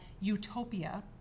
utopia